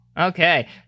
Okay